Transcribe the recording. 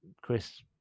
Chris